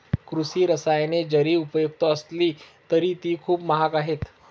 कृषी रसायने जरी उपयुक्त असली तरी ती खूप महाग आहेत